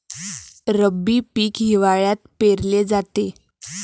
रब्बी पीक हिवाळ्यात पेरले जाते